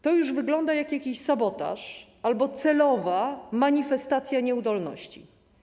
To już wygląda jak jakiś sabotaż albo celowa manifestacja nieudolności.